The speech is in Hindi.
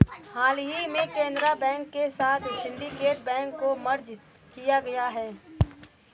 हाल ही में केनरा बैंक के साथ में सिन्डीकेट बैंक को मर्ज किया गया है